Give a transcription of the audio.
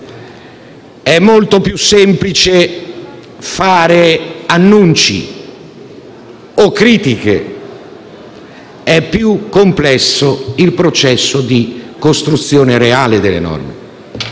è molto più semplice fare annunci o critiche; è più complesso il processo di costruzione reale delle norme.